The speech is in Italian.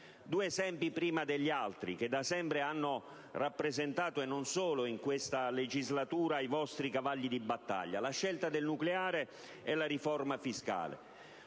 gli esempi prima degli altri che da sempre hanno rappresentato, e non solo in questa legislatura, i vostri cavalli di battaglia: la scelta del nucleare e la riforma fiscale.